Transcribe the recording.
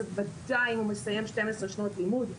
וודאי אם הוא מסיים 12 שנות לימוד,